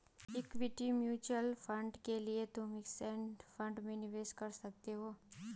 equity mutual fund के लिए तुम इंडेक्स फंड में निवेश कर सकते हो